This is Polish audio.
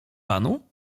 panu